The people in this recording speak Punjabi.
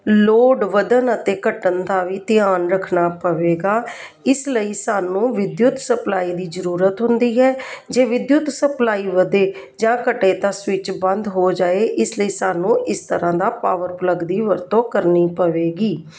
ਲੋਡ ਵਧਣ ਅਤੇ ਘਟਣ ਦਾ ਵੀ ਧਿਆਨ ਰੱਖਣਾ ਪਵੇਗਾ ਇਸ ਲਈ ਸਾਨੂੰ ਵਿਧਿਉਤ ਸਪਲਾਈ ਦੀ ਜ਼ਰੂਰਤ ਹੁੰਦੀ ਹੈ ਜੇ ਵਿਧਿਉਤ ਸਪਲਾਈ ਵਧੇ ਜਾਂ ਘਟੇ ਤਾਂ ਸਵਿਚ ਬੰਦ ਹੋ ਜਾਏ ਇਸ ਲਈ ਸਾਨੂੰ ਇਸ ਤਰ੍ਹਾਂ ਦਾ ਪਾਵਰ ਪਲੱਗ ਦੀ ਵਰਤੋਂ ਕਰਨੀ ਪਵੇਗੀ